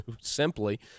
simply